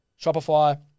Shopify